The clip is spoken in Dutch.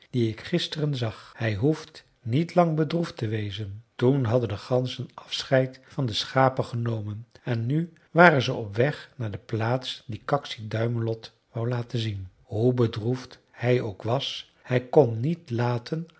die ik gisteren zag hij hoeft niet lang bedroefd te wezen toen hadden de ganzen afscheid van de schapen genomen en nu waren ze op weg naar de plaats die kaksi duimelot wou laten zien hoe bedroefd hij ook was hij kon niet laten